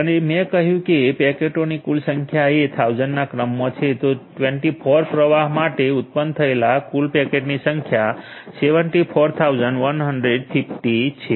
અને મેં કહ્યું છે કે પેકેટોની કુલ સંખ્યા એ 1000ના ક્રમમાં છે તો 24 પ્રવાહ માટે ઉત્પન્ન થયેલા કુલ પેકેટની સંખ્યા 74150 ચુંમોતેર હજાર એકસો પચાસ છે